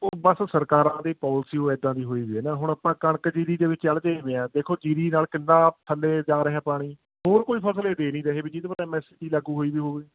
ਉਹ ਬਸ ਸਰਕਾਰਾਂ ਦੀ ਪੋਲਸੀ ਓ ਇੱਦਾਂ ਦੀ ਹੋਈ ਵੀ ਆ ਨਾ ਹੁਣ ਆਪਾਂ ਕਣਕ ਜੀਰੀ ਦੇ ਵਿੱਚ ਉਲਝੇ ਹੋਏ ਹਾਂ ਦੇਖੋ ਜੀਰੀ ਨਾਲ਼ ਕਿੰਨਾਂ ਥੱਲੇ ਜਾ ਰਿਹਾ ਪਾਣੀ ਹੋਰ ਕੋਈ ਫਸਲ ਇਹ ਦੇ ਨਹੀਂ ਰਹੇ ਵੀ ਜਿਹਦੇ ਉੱਪਰ ਐੱਮ ਐੱਸ ਪੀ ਲਾਗੂ ਹੋਈ ਵੀ ਹੋਵੇ